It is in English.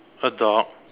a dog